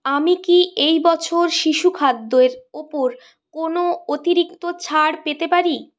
আমি কি এই বছর শিশু খাদ্যর ওপর কোনও অতিরিক্ত ছাড় পেতে পারি